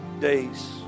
days